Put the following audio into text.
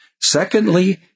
Secondly